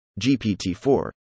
GPT-4